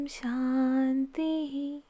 shanti